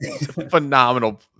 Phenomenal